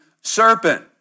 serpent